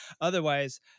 Otherwise